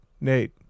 Nate